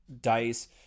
dice